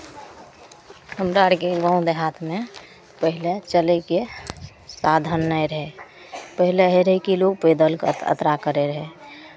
हमराआरके गाँव देहातमे पहिले चलैके साधन नहि रहै पहिले होइत रहै कि लोक पैदल यात्रा करैत रहै